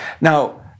Now